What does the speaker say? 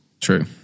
true